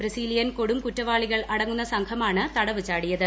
Brazilian കൊടും കുറ്റവാളികൾ അടങ്ങുന്ന സംഘമാണ് തടവ് ചാടിയത്